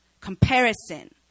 comparison